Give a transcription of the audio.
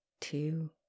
two